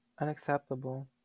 Unacceptable